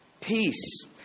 Peace